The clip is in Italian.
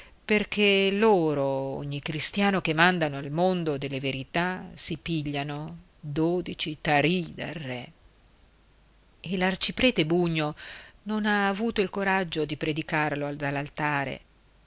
perché loro ogni cristiano che mandano al mondo della verità si pigliano dodici tarì dal re e l'arciprete bugno ha avuto il coraggio di predicarlo dall'altare